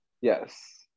Yes